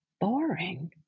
boring